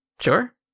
Sure